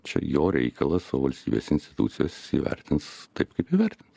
čia jo reikalas o valstybės institucijos įvertins kaip įvertina